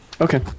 Okay